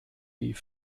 die